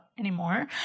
anymore